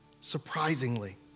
Surprisingly